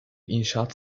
inşaat